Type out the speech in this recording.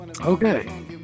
Okay